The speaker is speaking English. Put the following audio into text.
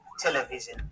television